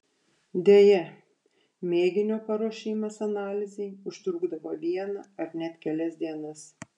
deja mėginio paruošimas analizei užtrukdavo vieną ar net kelias dienas